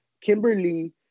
Kimberly